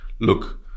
look